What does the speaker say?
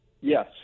yes